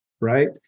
right